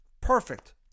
Perfect